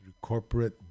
corporate